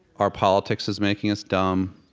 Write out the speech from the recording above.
our politics is making us dumb.